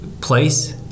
place